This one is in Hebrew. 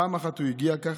פעם אחת הוא הגיע ככה.